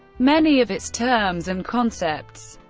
many of its terms and concepts,